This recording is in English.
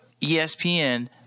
ESPN